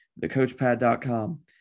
thecoachpad.com